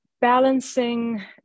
balancing